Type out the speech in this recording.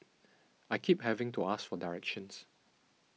I keep having to ask for directions